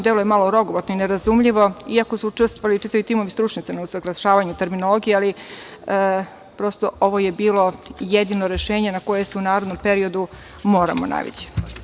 Deluje malo rogobatno i nerazumljivo, iako su učestvovali čitavi timovi stručnjaka na usaglašavanju terminologije, ali, prosto, ovo je bilo jedino rešenje na koje se u narednom periodu moramo navići.